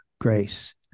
grace